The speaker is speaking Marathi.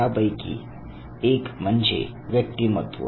त्यापैकी एक म्हणजे व्यक्तिमत्व